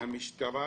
המשטרה